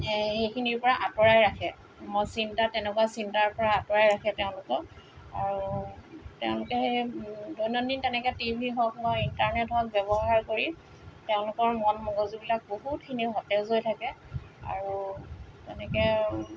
এই সেইখিনিৰপৰা আঁতৰাই ৰাখে চিন্তা তেনেকুৱা চিন্তাৰপৰা আঁতৰাই ৰাখে তেওঁলোকক আৰু তেওঁলোকে সেই দৈনন্দিন তেনেকৈ টিভি হওক ইণ্টাৰনেট হওক ব্যৱহাৰ কৰি তেওঁলোকৰ মন মগজুবিলাক বহুতখিনি সতেজ হৈ থাকে আৰু তেনেকৈ আৰু